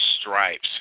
stripes